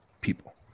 people